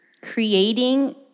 creating